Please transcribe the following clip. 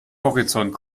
horizont